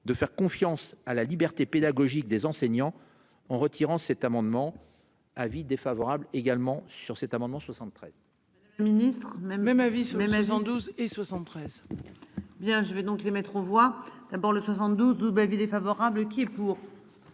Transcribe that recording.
de faire confiance à la liberté pédagogique des enseignants en retirant cet amendement avis défavorable également sur cet amendement 73. Ministre. Même même avis sur les maisons, 12 et 73. Bien je vais donc les mettre aux voix d'abord le 72 ou Baby défavorable qui est pour.